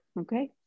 Okay